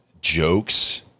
jokes